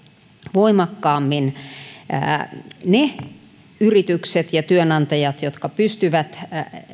voimakkaammin eriytyisivät ne yritykset ja työnantajat jotka pystyvät